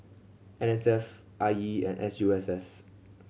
N S F I E and S U S S